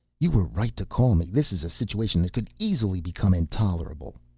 you were right to call me. this is a situation that could easily become intolerable.